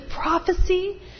prophecy